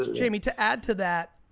ah jamie to add to that.